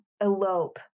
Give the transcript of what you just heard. elope